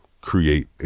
create